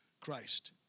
Christ